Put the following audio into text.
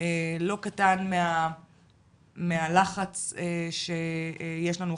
לא קטן מהלחץ שיש לנו.